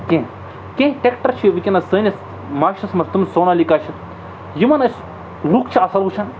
کینٛہہ کینٛہہ ٹٮ۪کٹر چھِ وٕنکٮ۪نَس سٲنِس معاشرَس منٛز تِم سونالِکا چھِ یِمَن أسۍ لُکھ چھِ اَصٕل وٕچھان